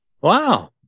Wow